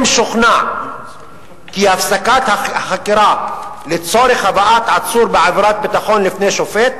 אם שוכנע כי הפסקת החקירה לצורך הבאת עצור בעבירת ביטחון לפני שופט